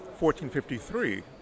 1453